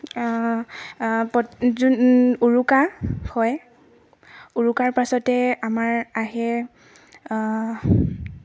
পত্ যোন উৰুকা হয় উৰুকাৰ পাছতে আমাৰ আহে